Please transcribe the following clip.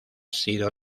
sido